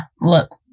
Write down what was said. Look